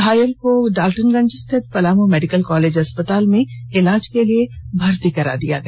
घायल को डालटनगंज स्थित पलामू मेडिकल कॉलेज अस्पताल में इलाज के लिए भर्ती कराया गया